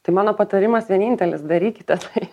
tai mano patarimas vienintelis darykite tai